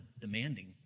demanding